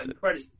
credit